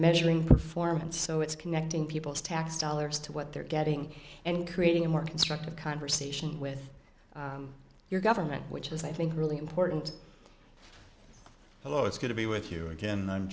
measuring performance so it's connecting people's tax dollars to what they're getting and creating a more constructive conversation with your government which is i think really important hello it's good to be with you